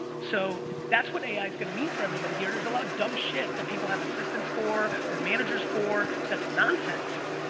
so that's what ai is gonna mean for everybody here. there's a lot of dumb shit that people have assistants for or managers for that's nonsense,